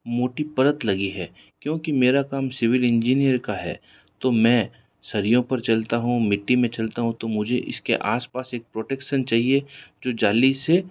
एक मोटी परत लगी है क्योंकि मेरा काम सिविल इंजीनियर का है तो मैं सरियों पर चलता हूँ मिट्टी में चलता हूँ तो मुझे इसके आसपास एक प्रोटेक्शन चाहिए जो जाली से